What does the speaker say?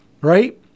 Right